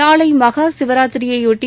நாளை மஹா சிவராத்திரியையொட்டி